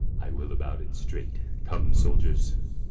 i will about it straight come, soldiers.